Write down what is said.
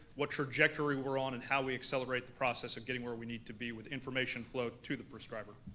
what trajectory we're on, and how we accelerate the process of getting where we need to be with information flow to the prescriber.